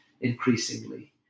increasingly